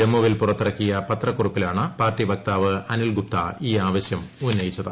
ജമ്മുവിൽ പുറത്തിറക്കിയ പത്രക്കുറിപ്പിലാണ് പാർട്ടി വക്താവ് അനിൽ ഗുപ്ത ഈ ആവശ്യം ഉന്നയിച്ചത്